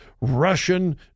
Russian